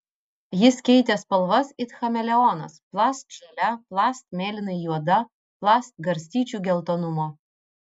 jis keitė spalvas it chameleonas plast žalia plast mėlynai juoda plast garstyčių geltonumo